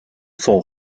sont